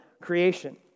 creation